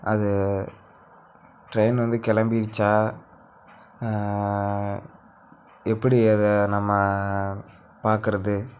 அது ட்ரெயின் வந்து கிளம்பிருச்சா எப்படி அதை நம்ம பார்க்கறது